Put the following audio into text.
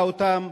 מטיסה אותם